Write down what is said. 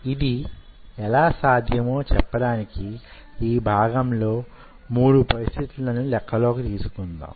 ఇది ఎలా సాధ్యమో చెప్పడానికి ఈ భాగంలో మూడు పరిస్థితులను లెక్కలోకి తీసుకుందాం